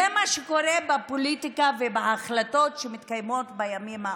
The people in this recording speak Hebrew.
זה מה שקורה בפוליטיקה ובהחלטות שמתקיימות בימים האחרונים.